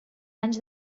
anys